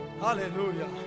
Hallelujah